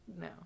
No